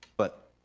but,